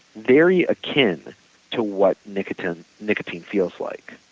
very akin to what nicotine nicotine feels like.